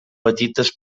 petites